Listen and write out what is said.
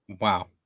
Wow